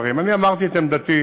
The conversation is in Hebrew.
אני אמרתי את עמדתי.